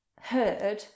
heard